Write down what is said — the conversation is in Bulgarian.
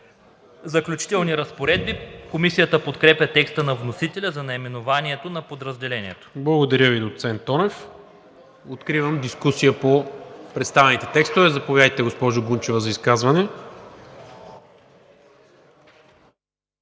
„Заключителни разпоредби“. Комисията подкрепя текста на вносителя за наименованието на подразделението. ПРЕДСЕДАТЕЛ НИКОЛА МИНЧЕВ: Благодаря Ви, доцент Тонев. Откривам дискусия по представените текстове. Заповядайте, госпожо Гунчева, за изказване.